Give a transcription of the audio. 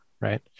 right